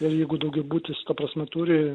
ir jeigu daugiabutis ta prasme turi